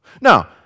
Now